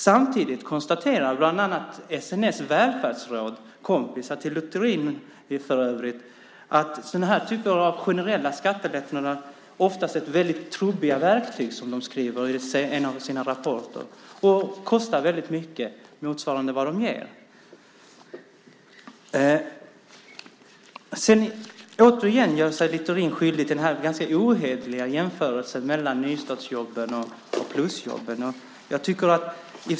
Samtidigt konstaterar bland annat SNS Välfärdsråd, kompisar till Littorin för övrigt, att sådana här typer av generella skattelättnader oftast är väldigt trubbiga verktyg, som de skriver i en av sina rapporter, och kostar väldigt mycket i förhållande till vad de ger. Återigen gör sig Littorin skyldig till den ganska ohederliga jämförelsen mellan nystartsjobben och plusjobben.